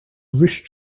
wish